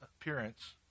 appearance